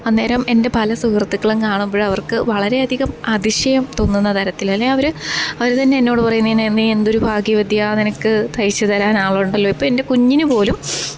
അന്നേരം എന്റെ പല സുഹ്രുത്തുക്കളും കാണുമ്പോൾ അവര്ക്ക് വളരെ അധികം അതിശയം തോന്നുന്ന തരത്തിലല്ലേ അവർ അവർ തന്നെ എന്നോട് പറയും നിന്നെ നീ എന്തൊരു ഭാഗ്യവതിയാണ് നിനക്ക് തയ്ച്ച് തരാനാളുണ്ടല്ലോ ഇപ്പം എന്റെ കുഞ്ഞിന് പോലും